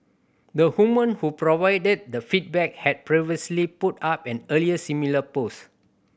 the woman who provided the feedback had previously put up an earlier similar post